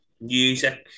Music